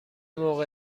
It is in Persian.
موقع